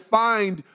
find